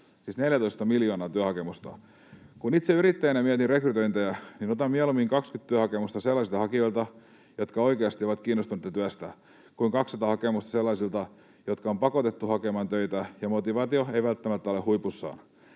siis 14 miljoonaa työhakemusta. Kun itse yrittäjänä mietin rekrytointeja, niin otan mieluummin 20 työhakemusta sellaisilta hakijoilta, jotka oikeasti ovat kiinnostuneita työstä kuin 200 hakemusta sellaisilta, jotka on pakotettu hakemaan töitä ja joilla motivaatio ei välttämättä ole huipussaan.